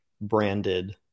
branded